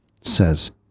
says